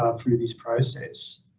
ah through this process,